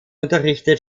unterrichtet